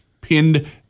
pinned